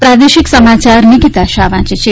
પ્રાદેશિક સમાયાર નિકિતા શાહ વાંચે છે